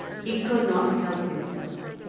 he could not help himself.